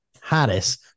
Harris